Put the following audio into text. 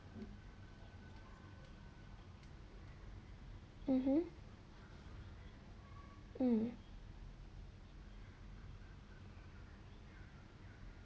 mmhmm mm